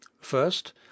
first